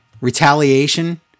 Retaliation